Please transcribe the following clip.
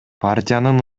партиянын